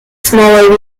smaller